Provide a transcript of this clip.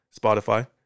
Spotify